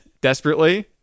Desperately